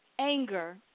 anger